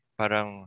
parang